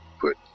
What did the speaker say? put